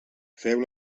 feu